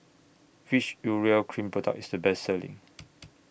Which Urea Cream Product IS The Best Selling